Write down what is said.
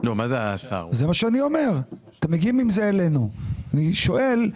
אתם מגיעים עם זה אלינו ואני שואל.